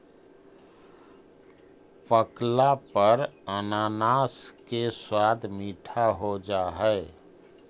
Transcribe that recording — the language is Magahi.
पकला पर अनानास के स्वाद मीठा हो जा हई